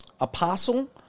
Apostle